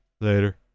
Later